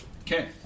Okay